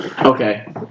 Okay